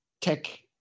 tech